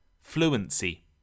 Fluency